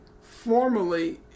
formally